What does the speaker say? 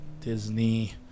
Disney